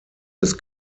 des